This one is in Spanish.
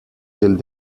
del